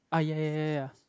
ah ya ya ya ya